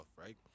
right